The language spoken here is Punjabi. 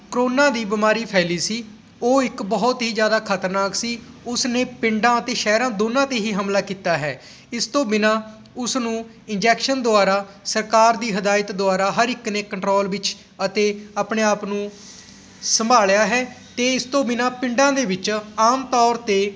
ਕਰੋਨਾ ਦੀ ਬਿਮਾਰੀ ਫੈਲੀ ਸੀ ਉਹ ਇੱਕ ਬਹੁਤ ਹੀ ਜ਼ਿਆਦਾ ਖ਼ਤਰਨਾਕ ਸੀ ਉਸ ਨੇ ਪਿੰਡਾਂ ਅਤੇ ਸ਼ਹਿਰਾਂ ਦੋਨਾਂ 'ਤੇ ਹੀ ਹਮਲਾ ਕੀਤਾ ਹੈ ਇਸ ਤੋਂ ਬਿਨਾਂ ਉਸ ਨੂੰ ਇੰਜੈਕਸ਼ਨ ਦੁਆਰਾ ਸਰਕਾਰ ਦੀ ਹਦਾਇਤ ਦੁਆਰਾ ਹਰ ਇੱਕ ਨੇ ਕੰਟਰੋਲ ਵਿੱਚ ਅਤੇ ਆਪਣੇ ਆਪ ਨੂੰ ਸੰਭਾਲਿਆ ਹੈ ਅਤੇ ਇਸ ਤੋਂ ਬਿਨਾਂ ਪਿੰਡਾਂ ਦੇ ਵਿੱਚ ਆਮ ਤੌਰ 'ਤੇ